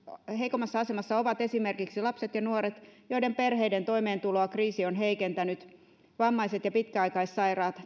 heikoimmassa asemassa ovat esimerkiksi lapset ja nuoret joiden perheiden toimeentuloa kriisi on heikentänyt vammaiset pitkäaikaissairaat